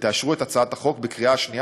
ותאשרו את הצעת החוק בקריאה השנייה